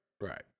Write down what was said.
right